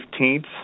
15th